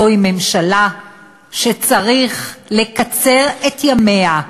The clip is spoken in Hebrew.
זו ממשלה שצריך לקצר את ימיה,